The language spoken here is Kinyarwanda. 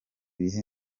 bihe